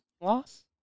loss